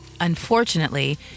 Unfortunately